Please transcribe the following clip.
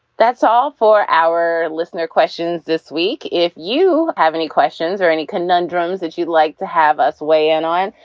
that's all for our listener questions this week. if you have any questions or any conundrums that you'd like to have us weigh in on,